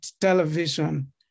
television